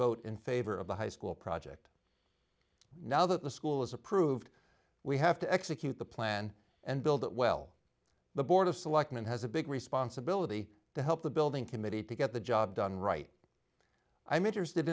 vote in favor of the high school project now that the school is approved we have to execute the plan and build it well the board of selectmen has a big responsibility to help the building committee to get the job done right i'm interested